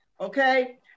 okay